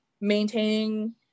maintaining